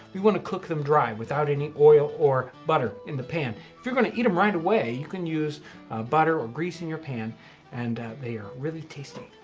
we want to cook them dry without any oil or butter in the pan. if you're going to eat them right away, you can use butter or grease in your pan and they are really tasty.